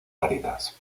áridas